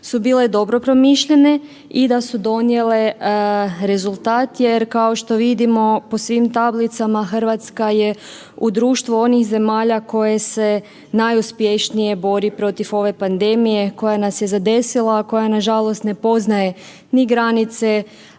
su bile dobro promišljene i da su donijele rezultat jer kao što vidimo po svim tablicama RH je u društvu onih zemalja koje se najuspješnije bori protiv ove pandemije koja nas je zadesila, a koja nažalost ne poznaje ni granice,